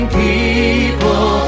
people